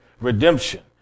redemption